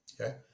Okay